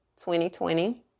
2020